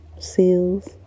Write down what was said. seals